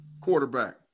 quarterback